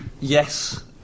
yes